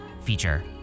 feature